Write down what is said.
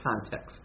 context